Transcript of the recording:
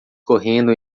correndo